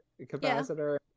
capacitor